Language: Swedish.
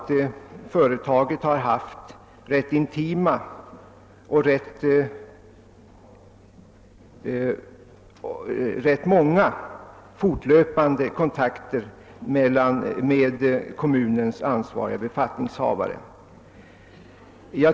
Företaget har haft fortlöpande kontakter med kommunens ansvariga befattningshavare.